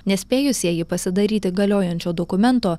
nespėjusieji pasidaryti galiojančio dokumento